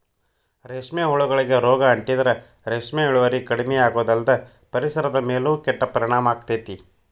ರೇಷ್ಮೆ ಹುಳಗಳಿಗೆ ರೋಗ ಅಂಟಿದ್ರ ರೇಷ್ಮೆ ಇಳುವರಿ ಕಡಿಮಿಯಾಗೋದಲ್ದ ಪರಿಸರದ ಮೇಲೂ ಕೆಟ್ಟ ಪರಿಣಾಮ ಆಗ್ತೇತಿ